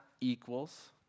equals